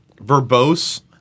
verbose